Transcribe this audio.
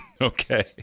Okay